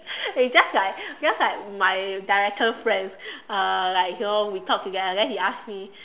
it's just like just like my director friend uh like you know we talk together then he ask me